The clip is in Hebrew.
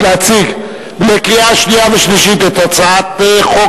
להציג לקריאה שנייה ושלישית את הצעת חוק